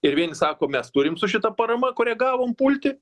ir vieni sako mes turim su šita parama kurią gavom pulti